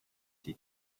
die